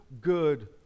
good